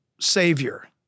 Savior